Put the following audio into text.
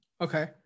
Okay